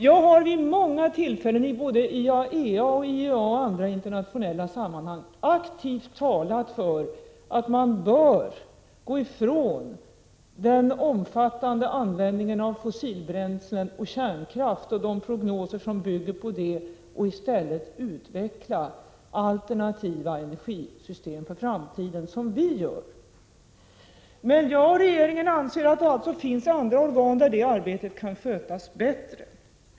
Jag har vid många tillfällen, både i IAEA, i IEA och i andra internationella sammanhang, aktivt talat för att man bör gå ifrån den omfattande användningen av fossila bränslen och kärnkraft och de prognoser som bygger på dessa bränslen och i stället utveckla alternativa energisystem för framtiden på samma sätt vi gör i vårt land. Jag och regeringen anser alltså att det finns andra organ där det arbetet kan skötas bättre.